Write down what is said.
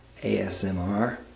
ASMR